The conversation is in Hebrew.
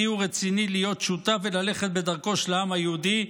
ורציני להיות שותף וללכת בדרכו של העם היהודי,